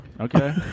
Okay